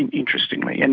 and interestingly, and